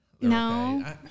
No